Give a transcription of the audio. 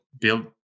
build